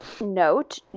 Note